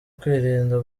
kwirinda